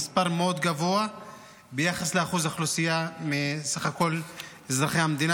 המספר מאוד גבוה ביחס לאחוז האוכלוסייה מסך כל אזרחי המדינה.